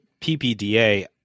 PPDA